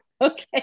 Okay